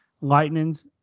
Lightning's